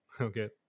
Okay